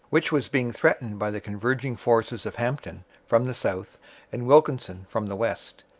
which was being threatened by the converging forces of hampton from the south and wilkinson from the west.